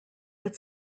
but